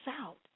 out